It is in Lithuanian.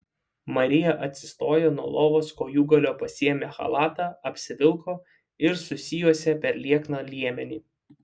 marija atsistojo nuo lovos kojūgalio pasiėmė chalatą apsivilko ir susijuosė per liekną liemenį